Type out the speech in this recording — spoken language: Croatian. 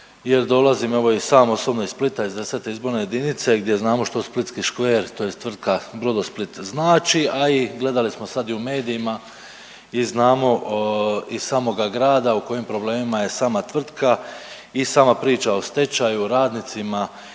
jer dolazim evo i sam osobno iz Splita, iz 10. izborne jedinice gdje znamo što splitski škver, tj. tvrtka Brodosplit znači, a i gledali smo sad i u medijima i znamo iz samoga grada u kojim problemima je sama tvrtka i sama priča o stečaju, radnicima